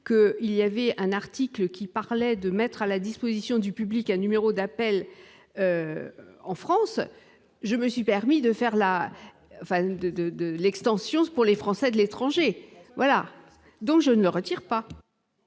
que il y avait un article qui parlait de mettre à la disposition du public un numéro d'appel en France je me suis permis de faire la fin de de de l'extension pour les Français de l'étranger, voilà, donc je ne retire pas.